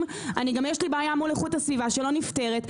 יש לי בעיה מול איכות הסביבה שלא נפתרת.